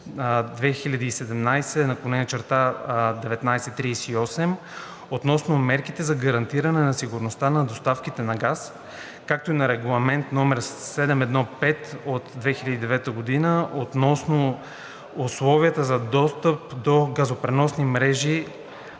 2017/1938 относно мерките за гарантиране на сигурността на доставките на газ, както и на Регламент (ЕО) № 715/2009 относно условията за достъп до газопреносни мрежи